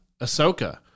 Ahsoka